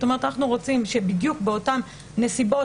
זאת אומרת אנחנו רוצים שבדיוק אותן נסיבות